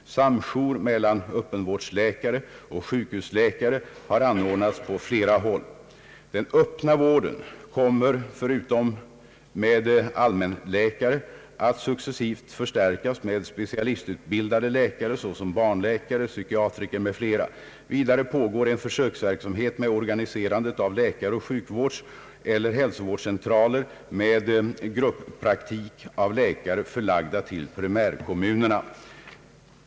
Samjour mellan öppenvårdsläkare och sjukhusläkare har ordnats på flera håll. Den öppna vården kommer förutom med allmänläkare att successivt förstärkas med specialistutbildade läkare såsom barnläkare, psykiatriker m.fl. Vidare pågår en försöksverksamhet med organiserandet av läkar-, sjukvårdseller hälsocentraler med gruppraktik av läkare förlagda till primärkommunerna.